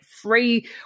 free